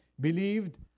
believed